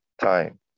time